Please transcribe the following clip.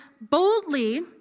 boldly